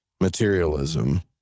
materialism